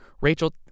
Rachel